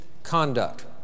Conduct